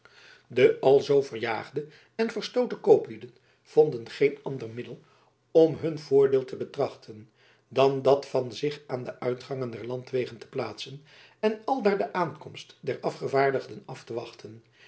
de alzoo verjaagde en verstooten kooplieden vonden geen ander middel om hun voordeel te betrachten dan dat van zich aan de uitgangen der landwegen te plaatsen en aldaar de aankomst der afgevaardigden af te wachten